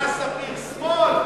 פנחס ספיר שמאל?